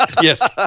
yes